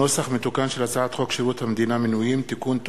נוסח מתוקן של הצעת חוק שירות המדינה (מינויים) (תיקון,